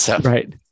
Right